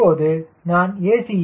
இப்போது நான் a